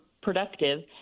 productive